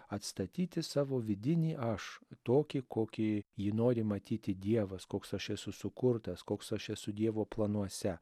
atstatyti savo vidinį aš tokį kokį jį nori matyti dievas koks aš esu sukurtas koks aš esu dievo planuose